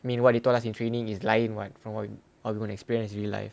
meanwhile they told us in training is lain what from what you are going experience real life